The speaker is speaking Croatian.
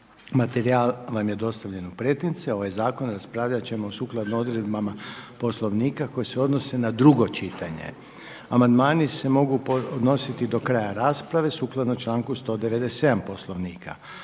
Materijal vam je dostavljen u pretince. Ovaj zakon raspravljat ćemo sukladno odredbama Poslovnika koji se odnose na drugo čitanje. Amandmani se mogu podnositi do kraja rasprave sukladno članku 197. Poslovnika.